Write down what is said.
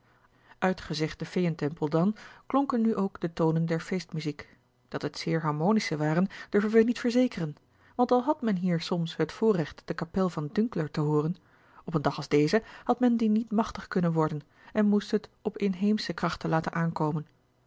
uit gezegden feeën tempel dan klonken nu ook de tonen der feestmuziek dat het zeer harmonische waren durven wij niet verzekeren want al had men hier soms het voorrecht de kapel van dünkler te hooren op een dag als dezen had men die niet machtig kunnen worden en moest het op inheemsche krachten laten aankomen